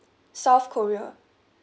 south korea